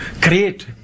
create